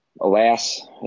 Alas